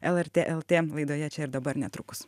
lrt lt laidoje čia ir dabar netrukus